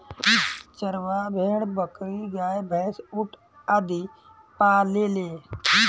चरवाह भेड़, बकरी, गाय, भैन्स, ऊंट आदि पालेले